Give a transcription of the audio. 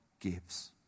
gives